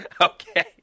Okay